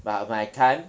but my time